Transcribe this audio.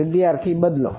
વિદ્યાર્થી બદલો